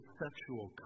sexual